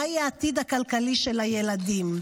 מה יהיה העתיד הכלכלי של הילדים.